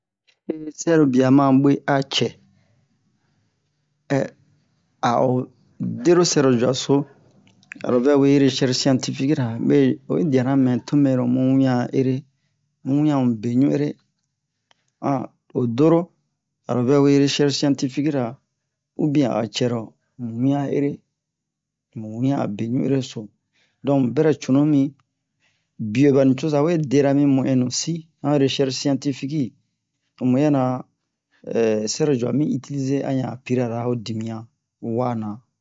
he sɛrobiya ama ɓwee a cɛ a o dero sɛrocuwa so aro vɛ wee reshɛrshe siyantifikira ɓe oyi diyara mɛ to mɛro mu wiɲan a ere mu wiɲan amu be ɲun'ere o doro aro vɛ we reshɛrshe siyantifikira ubiyɛn cɛro mu wiɲan a ere mu wiɲan abe ɲun'ere so donk mu bɛrɛ cunu mi biye ɓa nucoza we dera mi mu'ɛnnu si han reshɛrshe siyantifiki ho muyɛna cɛrocuwa mi utilize a ɲan piri'ara ho dimiyan wana